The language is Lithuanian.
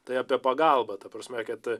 tai apie pagalbą ta prasme kad